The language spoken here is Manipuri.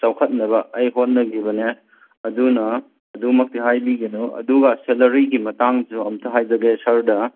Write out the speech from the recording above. ꯆꯥꯎꯈꯠꯅꯕ ꯑꯩ ꯍꯣꯠꯅꯒꯤꯕꯅꯦ ꯑꯗꯨꯅ ꯑꯗꯨꯃꯛꯇꯤ ꯍꯥꯏꯕꯤꯒꯅꯣ ꯑꯗꯨꯒ ꯁꯦꯂꯔꯤꯒꯤ ꯃꯇꯥꯡꯁꯨ ꯑꯝꯇ ꯍꯥꯏꯖꯒꯦ ꯁꯥꯔꯗ